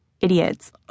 idiots